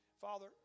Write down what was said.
Father